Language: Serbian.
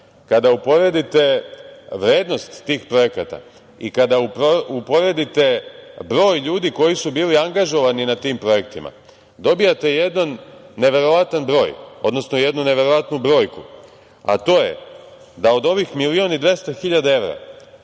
kada uporedite vrednost tih projekata i kada uporedite broj ljudi koji su bili angažovani na tim projektima, dobijate jedan neverovatan broj, odnosno jednu neverovatnu brojku, a to je da od ovih milion i 200 evra